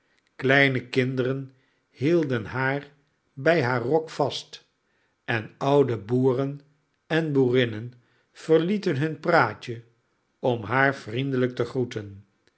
kleine kinderen hielden haar bij haar rok vast en oude boeren en boerinnen verlieten hun praatje om haar vriendelijk te groeten